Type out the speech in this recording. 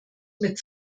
mit